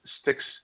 sticks